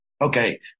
Okay